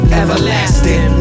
everlasting